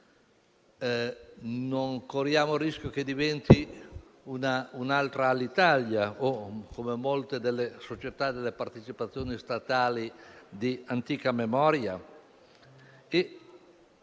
Non corriamo il rischio che diventi un'altra Alitalia o come molte delle società a partecipazione statale di antica memoria?